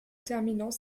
terminant